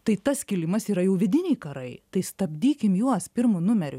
tai tas skilimas yra jau vidiniai karai tai stabdykim juos pirmu numeriu